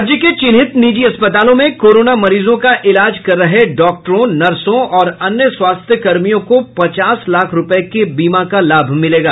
राज्य के चिन्हित निजी अस्पतालों में कोरोना मरीजों का इलाज कर रहे डॉक्टरों नर्सों और अन्य स्वास्थ्यकर्मियों को पचास लाख रूपये के बीमा का लाभ मिलेगा